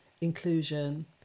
inclusion